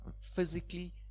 physically